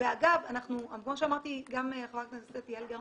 ואגב, כמו שאמרתי גם לחברת הכנסת יעל גרמן,